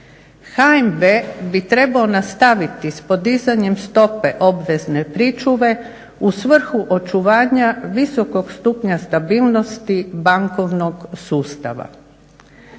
HNB bi trebao nastaviti s podizanjem stope obvezne pričuve u svrhu očuvanja visokog stupnja stabilnosti bankovnog sustava.